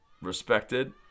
respected